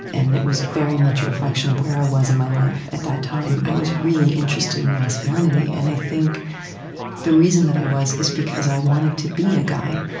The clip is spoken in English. and it was very much a reflection of where i was in my life at that time. i was really interested in masculinity, and i think the reason that i was is because i wanted to be a guy.